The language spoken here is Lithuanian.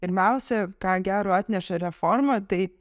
pirmiausia ką gero atneša reforma tai